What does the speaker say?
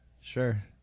Sure